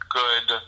good